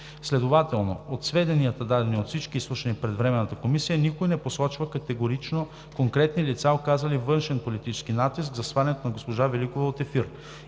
Следователно от сведенията, дадени от всички изслушани пред Временната комисия, никой не посочва категорично конкретни лица, оказали външен политически натиск за свалянето на госпожа Великова от ефир.